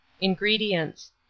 ingredients